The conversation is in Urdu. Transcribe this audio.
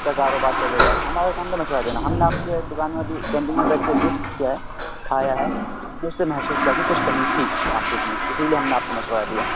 کا کاروبار چلے گا ہمارا کام تھا مشورہ دینا ہم نے آپ کے دوکان میں ابھی کینٹین میں بیٹھ کے ڈش کیا ہے کھایا ہے اس سے محسوس کیا کہ کچھ کمی تھی آپ کے اس میں اسی لیے ہم نے آپ کو مشورہ دیا